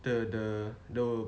the the the